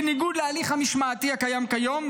בניגוד להליך המשמעתי הקיים כיום,